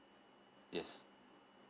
yes